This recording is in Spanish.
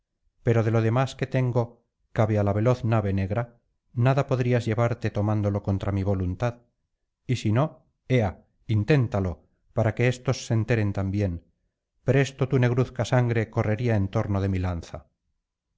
pero de lo demás que tengo cabe á la veloz nave negra nada podrías llevarte tomándolo contra mi voluntad y si no ea inténtalo para que éstos se enteren también presto tu negruzca sangre correría en torno de mi lanza